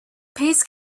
paste